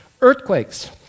Earthquakes